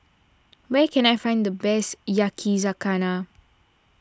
where can I find the best Yakizakana